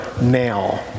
now